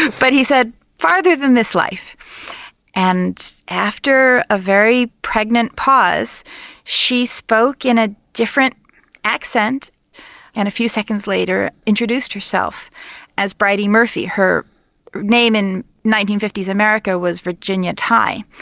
but he said further than this life and after a very pregnant pause she spoke in a different accent and a few seconds later introduced herself as bridey murphy her name in nineteen fifty s america was virginia tighe.